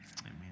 Amen